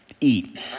eat